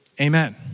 Amen